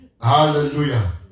Hallelujah